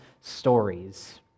stories